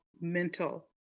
mental